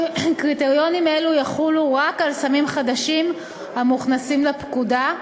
קריטריונים אלו יחולו רק על סמים חדשים המוכנסים לפקודה,